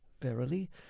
verily